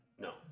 No